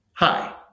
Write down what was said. Hi